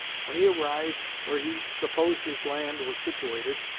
when he arrived where he supposed his land was situated,